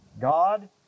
God